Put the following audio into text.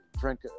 Drink